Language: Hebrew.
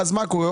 ואז מה קורה?